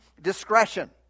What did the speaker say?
discretion